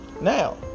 Now